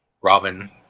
Robin